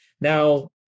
Now –